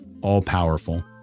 all-powerful